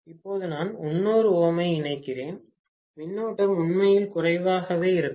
இப்போது நான் 300Ω ஐ இணைக்கிறேன் மின்னோட்டம் உண்மையில் குறைவாகவே இருக்கும்